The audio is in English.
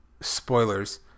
spoilers